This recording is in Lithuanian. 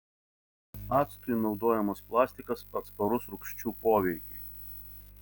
actui naudojamas plastikas atsparus rūgščių poveikiui